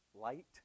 light